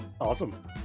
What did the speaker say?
Awesome